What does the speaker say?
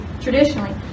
traditionally